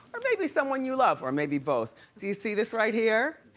or maybe someone you love. or maybe both. do you see this right here?